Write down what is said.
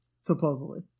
Supposedly